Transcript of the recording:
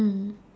mm